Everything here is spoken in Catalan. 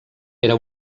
era